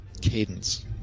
cadence